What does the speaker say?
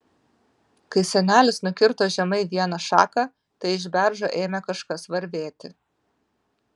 kai senelis nukirto žemai vieną šaką tai iš beržo ėmė kažkas varvėti